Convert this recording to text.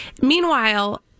Meanwhile